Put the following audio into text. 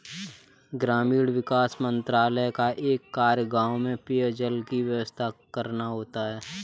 ग्रामीण विकास मंत्रालय का एक कार्य गांव में पेयजल की व्यवस्था करना होता है